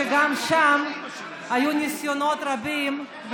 שגם שם היו ניסיונות רבים,